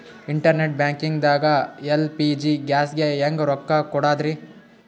Internet banking ದಾಗ LPG ಗ್ಯಾಸ್ಗೆ ಹೆಂಗ್ ರೊಕ್ಕ ಕೊಡದ್ರಿ?